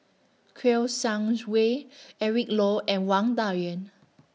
Kouo Shang Wei Eric Low and Wang Dayuan